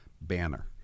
banner